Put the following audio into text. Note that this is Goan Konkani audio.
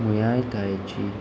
मुयायकायेची